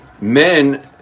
men